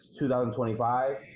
2025